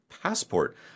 passport